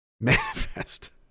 Manifest